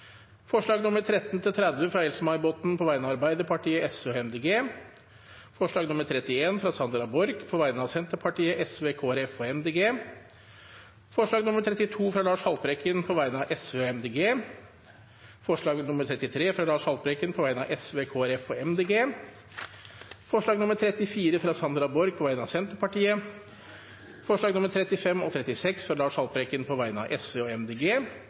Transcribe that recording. forslag nr. 31, fra Sandra Borch på vegne av Senterpartiet, Sosialistisk Venstreparti, Kristelig Folkeparti og Miljøpartiet De Grønne forslag nr. 32, fra Lars Haltbrekken på vegne av Sosialistisk Venstreparti og Miljøpartiet De Grønne forslag nr. 33, fra Lars Haltbrekken på vegne av Sosialistisk Venstreparti, Kristelig Folkeparti og Miljøpartiet De Grønne forslag nr. 34, fra Sandra Borch på vegne av Senterpartiet forslagene nr. 35 og 36, fra Lars Haltbrekken på vegne av Sosialistisk Venstreparti og